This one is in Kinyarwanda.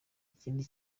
ikindi